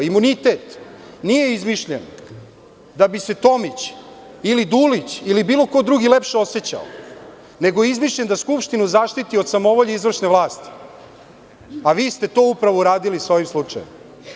Imunitet nije izmišljen da bi se Tomić ili Dulić ili bilo ko lepše osećao, nego je izmišljen da Skupštinu zaštiti od samovolje izvršne vlasti, a vi ste to upravo uradili sa ovim slučajem.